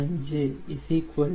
15 0